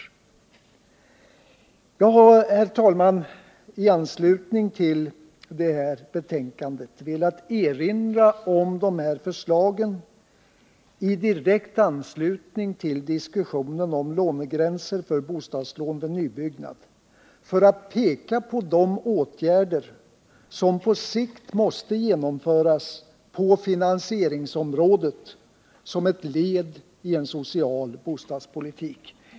Jag har, herr talman, velat erinra om dessa förslag i direkt anslutning till diskussionen om lånegränser för bostadslån vid nybyggnad för att peka på de åtgärder som på sikt måste genomföras på finansieringsområdet som ett led i en social bostadspolitik.